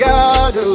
God